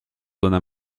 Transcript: donna